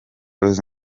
los